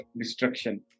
destruction